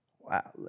Wow